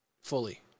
fully